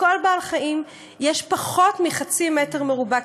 לכל בעל-חיים יש פחות מחצי מטר רבוע,